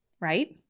Right